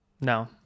No